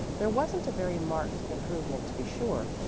there wasn't a very marked improvement to be sure,